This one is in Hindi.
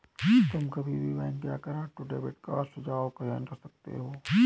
तुम कभी भी बैंक जाकर ऑटो डेबिट का सुझाव का चयन कर सकते हो